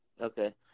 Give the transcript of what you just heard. Okay